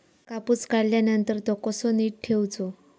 कापूस काढल्यानंतर तो कसो नीट ठेवूचो?